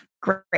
Great